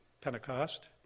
Pentecost